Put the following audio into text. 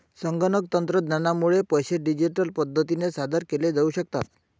संगणक तंत्रज्ञानामुळे पैसे डिजिटल पद्धतीने सादर केले जाऊ शकतात